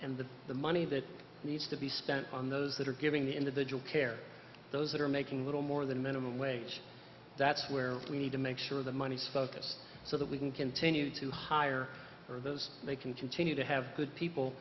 and that the money that needs to be spent on those that are giving the individual care those that are making little more than minimum wage that's where we need to make sure the money is focused so that we can continue to hire or those they can continue to have good people